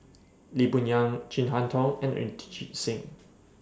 Lee Boon Yang Chin Harn Tong and Inderjit Singh